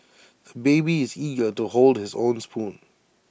the baby is eager to hold his own spoon